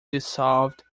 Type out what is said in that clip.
dissolved